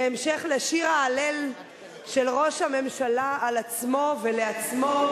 בהמשך לשיר ההלל של ראש הממשלה על עצמו ולעצמו,